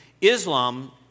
Islam